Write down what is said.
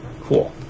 Cool